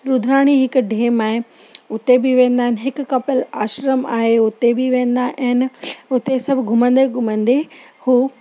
रुद्राणी हिकु डेम आहे उते बि वेंदा आहिनि हिकु कपिल आश्रम आहे उते बि वेंदा आहिनि उते सभु घुमंदे घुमंदे हू